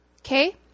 Okay